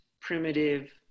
primitive